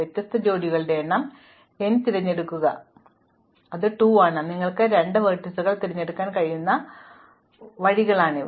വ്യത്യസ്ത ജോഡികളുടെ എണ്ണം n തിരഞ്ഞെടുക്കുക 2 ആണ് നിങ്ങൾക്ക് രണ്ട് ലംബങ്ങൾ തിരഞ്ഞെടുക്കാൻ കഴിയുന്ന വഴികളാണിത്